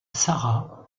sarah